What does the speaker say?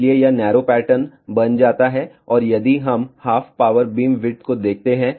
इसलिए यह narrow pattern बन जाता है और यदि हम हाफ पावर बीमविड्थ को देखते हैं